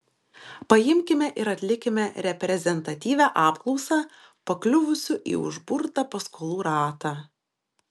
paimkime ir atlikime reprezentatyvią apklausą pakliuvusių į užburtą paskolų ratą